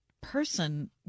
person